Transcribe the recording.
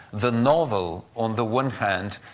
the novel, on the one hand,